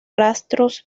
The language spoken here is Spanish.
rastros